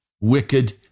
wicked